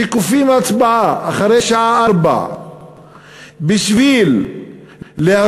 שכופים הצבעה אחרי השעה 16:00 בשביל להביא